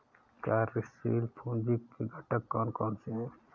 कार्यशील पूंजी के घटक कौन कौन से हैं?